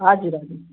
हजुर हजुर